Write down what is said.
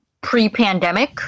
pre-pandemic